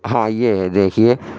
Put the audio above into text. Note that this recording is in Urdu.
ہاں یہ ہے دیکھیے